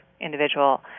individual